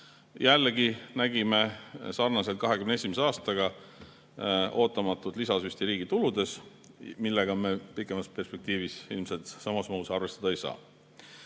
Jällegi nägime sarnaselt 2021. aastaga ootamatut lisasüsti riigi tuludes, millega me pikemas perspektiivis ilmselt samas mahus arvestada ei saa.